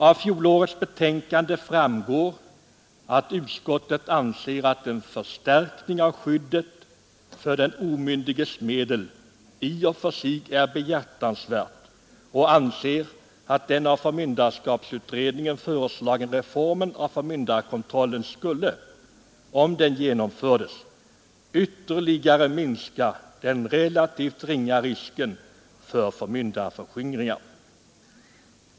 Av fjolårets betänkande framgår att utskottet anser, att en förstärkning av skyddet för den omyndiges medel i och för sig är behjärtansvärd och att den av förmynderskapsutredningen föreslagna reformen av förmyndarkontrollen skulle, om den genomfördes, ytter ligare minska den relativt ringa risken för förmyndarförskingringar.